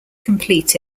complete